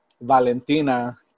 Valentina